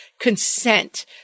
consent